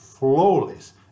flawless